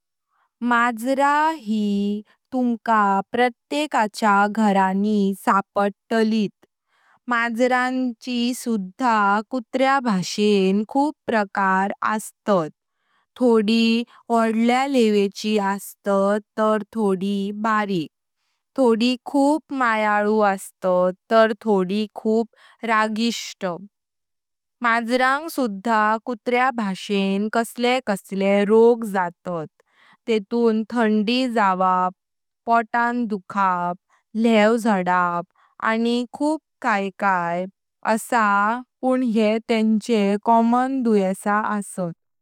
मजरा ही तुमका प्रत्येकाच्या घरांनी सापडताळी। मजरानी सुधा कुत्रा भाषेन खूप प्रकार असतात, थोडी वोडल्या लेवेकची असतात तार थोडी बारिक। थोडी खूप मायाळु असतात तार थोडी खूप रागीष्ट। मज्रांग सुधा कुत्रा भाषेन कसले कसले रोग जातात। तेतून थंडी जावप, पोटान दुखाप, लेव झडप, आणि खूप काय काय अस पण येह तेंचे कॉमन दुयेसा असतात।